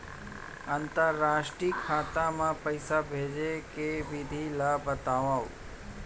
अंतरराष्ट्रीय खाता मा पइसा भेजे के विधि ला बतावव?